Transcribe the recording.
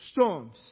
storms